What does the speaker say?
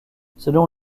selon